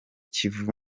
kivu